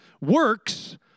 Works